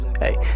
Hey